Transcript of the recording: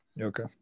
Okay